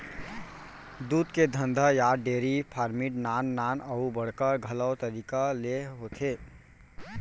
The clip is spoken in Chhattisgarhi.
दूद के धंधा या डेरी फार्मिट नान नान अउ बड़का घलौ तरीका ले होथे